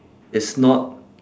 is not